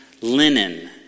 linen